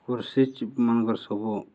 କୃଷିମନଙ୍କର୍ ସବୁ